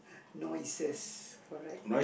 noises correct